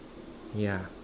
yeah